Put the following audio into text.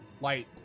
light